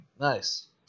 Nice